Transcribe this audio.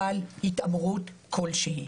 אבל התעמרות כלשהי.